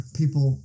people